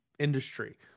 industry